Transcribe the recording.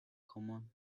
common